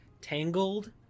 Tangled